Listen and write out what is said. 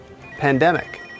Pandemic